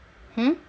hmm